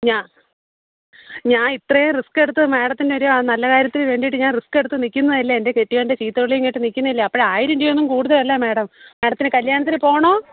ഞാൻ ഞാൻ ഇത്രേയും റിസ്ക്കെടുത്ത് മാഡത്തിനൊരു നല്ല കാര്യത്തിനു വേണ്ടിയിട്ട് ഞാൻ റിസ്ക്കെടുത്ത് നിൽക്കുന്നതല്ലേ എൻ്റെ കെട്ടിയവൻ്റെ ചീത്ത വിളിയും കേട്ടു നിൽക്കുന്നില്ലേ അപ്പോൾ ആയിരം രൂപയൊന്നും കൂടുതൽ അല്ല മേഡം മേഡത്തിന് കല്ല്യാണത്തിന് പോകണോ